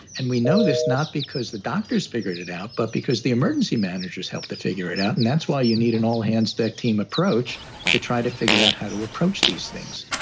and we know this not because the doctors figured it out, but because the emergency managers help them figure it out. and that's why you need an all hands that team approach to try to figure out how to approach these things.